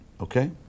Okay